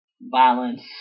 Violence